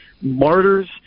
martyrs